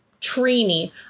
Trini